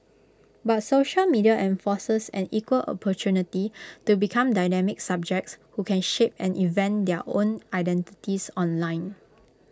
but social media enforces an equal opportunity to become dynamic subjects who can shape and invent their own identities online